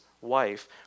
wife